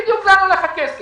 שקבעה בדיוק לאן הולך הכסף.